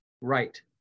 Right